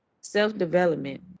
Self-development